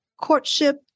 courtship